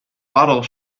bottle